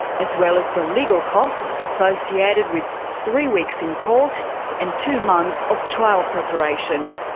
as well as the legal costs associated with three weeks in court and two months of trial preparation.